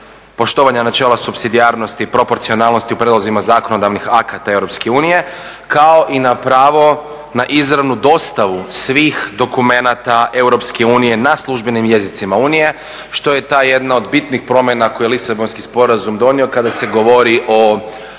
poštovanja načela supsidijarnosti i proporcionalnosti u prijelazima zakonodavnih akata EU kao i na pravo na izravnu dostavu svih dokumenata EU na službenim jezicima Unije što je ta jedna od bitnih promjena koje je Lisabonski sporazum donio kada se govori o